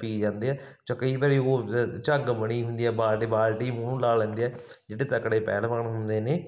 ਪੀ ਜਾਂਦੇ ਆ 'ਚ ਕਈ ਵਾਰੀ ਉਹ ਝੱਗ ਬਣੀ ਹੁੰਦੀ ਆ ਬਾਲਟੀ ਬਾਲਟੀ ਮੂੰਹ ਲਾ ਲੈਂਦੇ ਆ ਜਿਹੜੇ ਤਕੜੇ ਪਹਿਲਵਾਨ ਹੁੰਦੇ ਨੇ